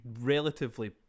relatively